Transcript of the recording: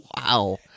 wow